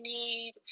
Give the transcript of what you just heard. need